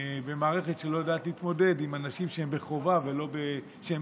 והמערכת לא יודעת להתמודד עם אנשים שהם בחובה ולא בקבע,